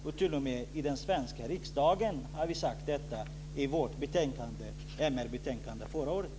Vi har t.o.m. sagt detta i den svenska riksdagen i vårt MR-betänkande förra året.